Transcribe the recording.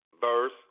verse